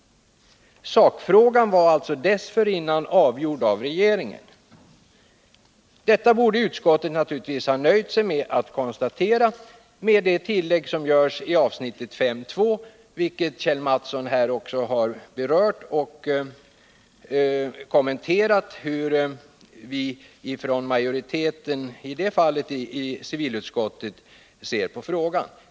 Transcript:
Sakfrågan var alltså dessförinnan avgjord av regeringen. Detta borde naturligtvis utskottet ha nöjt sig med att konstatera med det tillägg som görs i avsnittet 5.2 beträffande vilket Kjell Mattsson redogjort för utskottsmajoritetens syn.